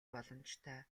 боломжтой